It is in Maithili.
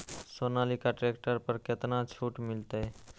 सोनालिका ट्रैक्टर पर केतना छूट मिलते?